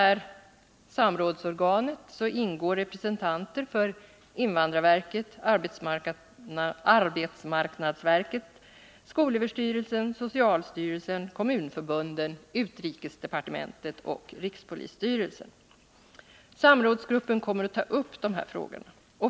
I detta samrådsorgan ingår representanter för invandrarverket, arbetsmarknadsstyrelsen, skolöverstyrelsen, socialstyrelsen, kommunförbunden, utrikesdepartementet och rikspolisstyrelsen. Samrådsgruppen kommer att ta upp de här frågorna.